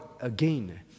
again